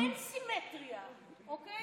אין סימטריה, אוקיי?